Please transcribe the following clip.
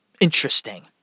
interesting